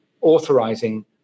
authorizing